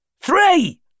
three